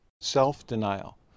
Self-denial